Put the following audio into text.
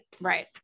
Right